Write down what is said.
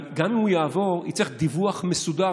אבל גם אם הוא יעבור יהיה צורך בדיווח מסודר